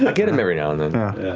i get them every now and then.